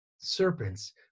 Serpents